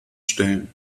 stellen